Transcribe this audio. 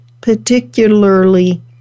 particularly